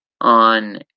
on